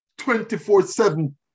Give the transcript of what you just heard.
24-7